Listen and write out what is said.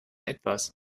etwas